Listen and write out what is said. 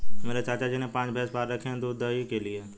मेरे चाचा जी ने पांच भैंसे पाल रखे हैं दूध और दही के लिए